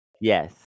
yes